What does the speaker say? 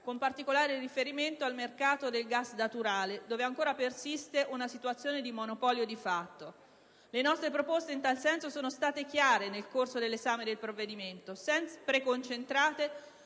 con particolare riferimento al mercato del gas naturale, dove ancora persiste una situazione di monopolio di fatto. Le nostre proposte in tal senso sono state chiare nel corso dell'esame del provvedimento, sempre concentrate